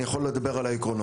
אני יכול לדבר על העקרונות.